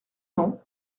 cents